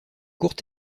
courts